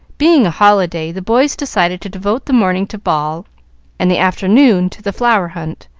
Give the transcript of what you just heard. being a holiday, the boys decided to devote the morning to ball and the afternoon to the flower hunt,